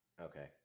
Okay